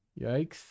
yikes